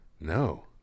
No